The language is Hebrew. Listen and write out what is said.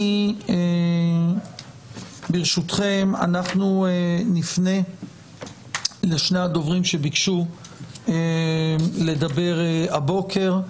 ברשותכם, נפנה לשני הדוברים שביקשו לדבר הבוקר.